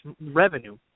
revenue